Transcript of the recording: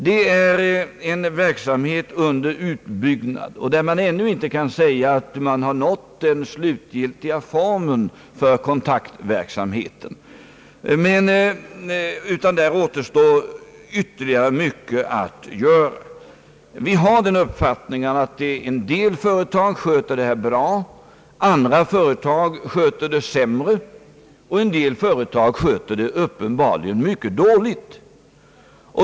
Det är en verksamhet under utbyggnad, där man inte kan påstå att den slutgiltiga formen ännu har nåtts. Mycket återstår att göra. Vi har den uppfattningen att en del företag sköter detta bra, andra företag sköter det sämre, och en del företag sköter det uppenbarligen mycket dåligt.